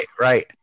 Right